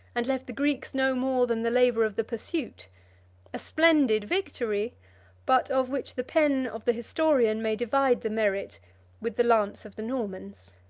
and left the greeks no more than the labor of the pursuit a splendid victory but of which the pen of the historian may divide the merit with the lance of the normans.